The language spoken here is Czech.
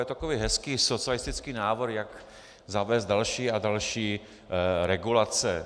Je to takový hezký socialistický návrh, jak zavést další a další regulace.